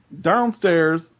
downstairs